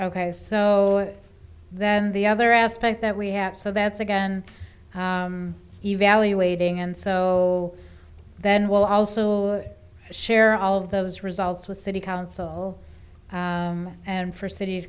if so then the other aspect that we have so that's again evaluating and so then we'll also share all of those results with city council and for city